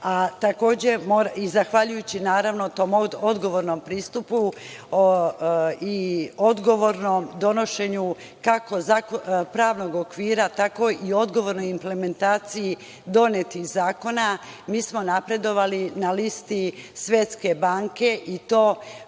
zemlje i zahvaljujući, naravno, tom odgovornom pristupu i odgovornom donošenju, kako pravnog okvira, tako i odgovornoj implementaciji donetih zakona, mi smo napredovali na listi Svetske banke, i to